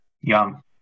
young